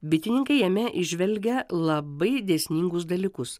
bitininkai jame įžvelgia labai dėsningus dalykus